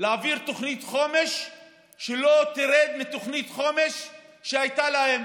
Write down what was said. להעביר תוכנית חומש שלא תרד מתוכנית החומש שהייתה להם.